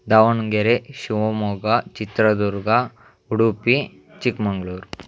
Davanagere Shivamogga Chitradurga Udupi Chikmagalur